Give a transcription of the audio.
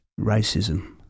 racism